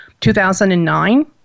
2009